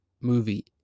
movie